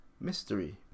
mystery